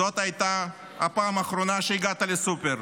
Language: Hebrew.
זאת הייתה הפעם האחרונה שהגעת לסופר.